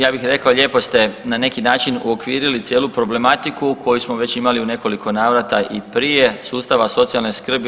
Ja bih rekao lijepo ste na neki način uokvirili cijelu problematiku koju smo već imali u nekoliko navrata i prije sustava socijalne skrbi.